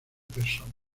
personas